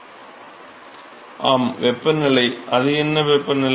மாணவர் ஆம் வெப்பநிலை அது என்ன வெப்பநிலை